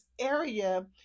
area